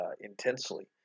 intensely